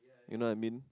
you know what I mean